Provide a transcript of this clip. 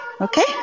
Okay